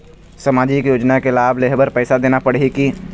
सामाजिक योजना के लाभ लेहे बर पैसा देना पड़ही की?